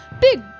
Big